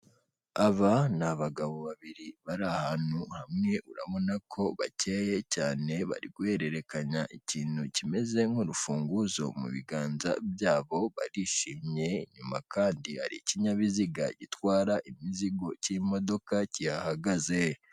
Aba ni abagabo babiri bari ahantu hamwe urabona ko bakeye cyane bari guhererekanya ikintu kimeze nk'urufunguzo mu biganza byabo barishimye, inyuma kandi hari ikinyabiziga gitwara imizigo cy'imodoka kihagaze.